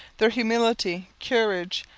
their humility, courage,